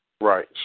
Right